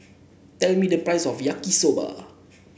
tell me the price of Yaki Soba